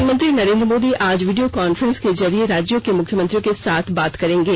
प्रधानमंत्री नरेंद्र मोदी आज video conference के जरिये राज्यों के मुख्यमंत्रियों के साथ बात करेंगे